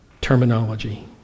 terminology